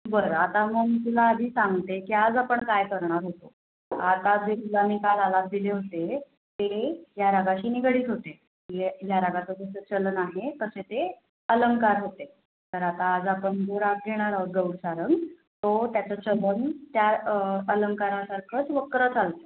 बरं आता मग मी तुला आधी सांगते की आज आपण काय करणार होतो आता जे तुला मी काज आलाप दिले होते ते या रागाशी निगडीत होते ए या रागाचं जसं चलन आहे तसे ते अलंकार होते तर आता आज आपण जो राग घेणार आहोत गौड सारंग तो त्याचं चलन त्या अलंकारासारखंच वक्र चालतं